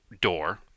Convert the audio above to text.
door